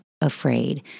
afraid